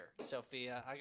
Sophia